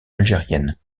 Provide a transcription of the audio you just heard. algériennes